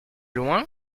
loin